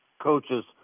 coaches